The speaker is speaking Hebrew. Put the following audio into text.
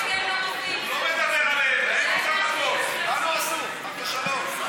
הסכם לא, הוא לא מדבר עליהם, לנו אסור, חס ושלום.